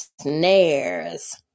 snares